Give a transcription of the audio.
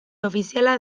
ofiziala